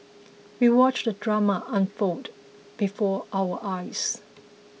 we watched the drama unfold before our eyes